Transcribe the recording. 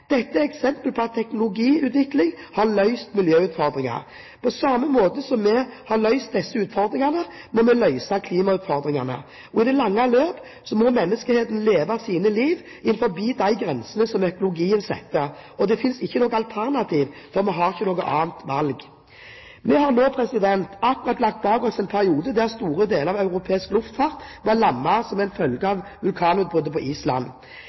Dette er eksempler på at teknologiutvikling har løst miljøutfordringer. På samme måten som vi har løst disse utfordringene, må vi løse klimautfordringene. I det lange løp må menneskeheten leve sine liv innenfor de grensene som økologien setter. Det finnes ikke noe alternativ – vi har ikke noe annet valg. Vi har akkurat lagt bak oss en periode der store deler av europeisk luftfart var lammet som en følge av vulkanutbruddet på Island.